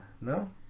No